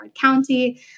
County